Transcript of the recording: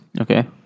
Okay